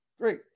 great